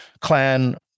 clan